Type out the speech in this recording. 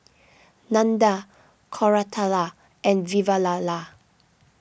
Nandan Koratala and Vavilala